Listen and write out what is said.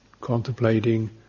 contemplating